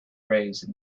raised